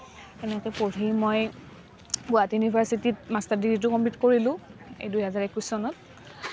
সেনেকৈ পঢ়ি মই গুৱাহাটী ইউনিভাৰ্চিটিত মাষ্টাৰ ডিগ্ৰীটো কম্প্লিট কৰিলোঁ এই দুহেজাৰ একৈশ চনত